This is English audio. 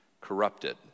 corrupted